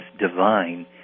divine